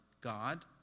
God